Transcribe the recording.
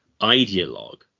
ideologue